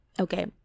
okay